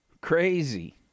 Crazy